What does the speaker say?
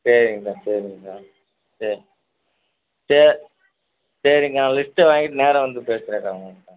சரிங்க்கா சரிங்க்கா சரி சரிங்க்கா நான் லிஸ்ட்டை வாங்கிட்டு நேராக வந்து பேசுகிறேன்க்கா உங்கள்ட்ட